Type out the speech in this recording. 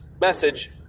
message